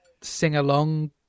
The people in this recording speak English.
sing-along